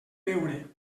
veure